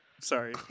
Sorry